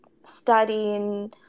studying